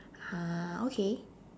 !huh! okay